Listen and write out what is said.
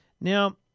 Now